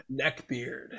neckbeard